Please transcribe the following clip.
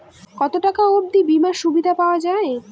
কত টাকা অবধি বিমার সুবিধা পাওয়া য়ায়?